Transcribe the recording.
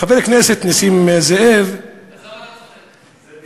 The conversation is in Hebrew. חבר הכנסת נסים זאב, אז למה אתה צוחק?